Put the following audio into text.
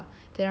然后